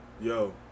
Yo